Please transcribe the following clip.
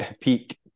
peak